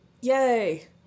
Yay